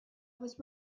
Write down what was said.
was